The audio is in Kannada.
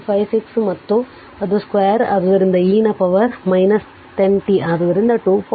56 ಮತ್ತು ಅದು ಸ್ಕ್ವೇರ್ ಆದ್ದರಿಂದ e ನ ಪವರ್ 10 t ಆದ್ದರಿಂದ 2